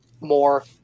more